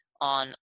on